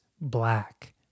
Black